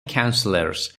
councillors